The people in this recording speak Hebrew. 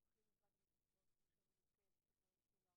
הצעת חוק התגמולים לנפגעי פעולות איבה